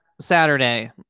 saturday